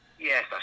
Yes